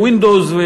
Windows,